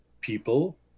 people